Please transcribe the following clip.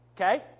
okay